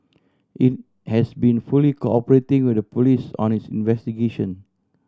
it has been fully cooperating with the police on its investigation